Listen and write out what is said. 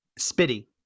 Spitty